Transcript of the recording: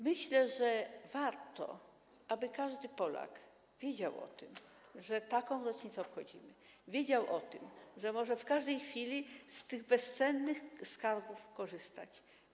Myślę, że warto, aby każdy Polak wiedział o tym, że taką rocznicę obchodzimy, wiedział o tym, że może w każdej chwili z tych bezcennych skarbów korzystać.